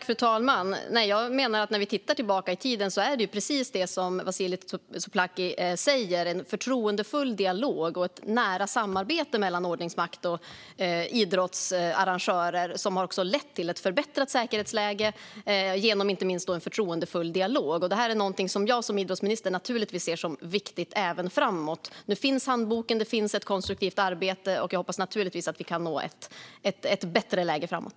Fru talman! Vi kan titta tillbaka i tiden. Precis som Vasiliki Tsouplaki säger är det en förtroendefull dialog och ett nära samarbete mellan ordningsmakt och idrottsarrangörer som har lett till ett förbättrat säkerhetsläge. Det handlar inte minst om en förtroendefull dialog. Detta är något som jag som idrottsminister naturligtvis ser som viktigt även framåt. Nu finns handboken. Det finns ett konstruktivt arbete. Jag hoppas naturligtvis att vi kan nå ett bättre läge framåt.